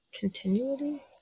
Continuity